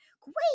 Great